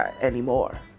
anymore